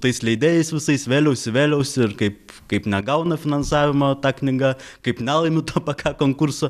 tais leidėjais visais vėliausi vėliausi ir kaip kaip negauna finansavimo ta knyga kaip nelaimiu to pk konkurso